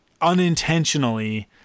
unintentionally